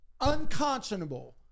unconscionable